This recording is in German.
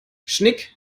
schnick